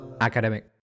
Academic